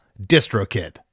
DistroKid